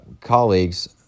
colleagues